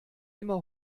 immer